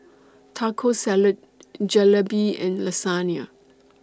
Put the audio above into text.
Taco Salad Jalebi and Lasagne